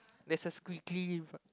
there's a squiggly in fr~